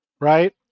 right